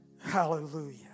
Hallelujah